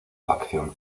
facción